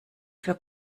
für